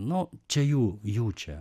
nu čia jų jų čia